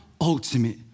Ultimate